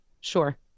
sure